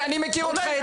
אני מכיר אותך היטב.